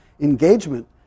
engagement